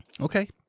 Okay